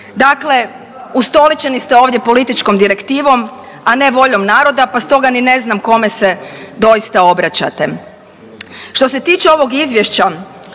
Dakle, ustoličeni ste ovdje političkom direktivom, a ne voljom naroda pa stoga ni ne znam kome se doista obraćate. Što se tiče ovog izvješća